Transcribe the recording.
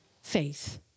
faith